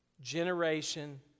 generation